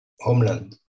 homeland